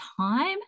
time